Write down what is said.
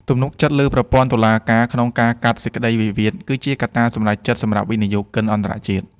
ទំនុកចិត្តលើប្រព័ន្ធតុលាការក្នុងការកាត់សេចក្តីវិវាទ គឺជាកត្តាសម្រេចចិត្តសម្រាប់វិនិយោគិនអន្តរជាតិ។